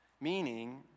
meaning